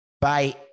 Bye